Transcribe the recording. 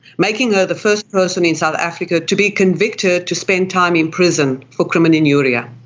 making her the first person in south africa to be convicted to spend time in prison for crimen injuria.